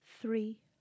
three